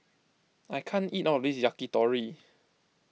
I can't eat all of this Yakitori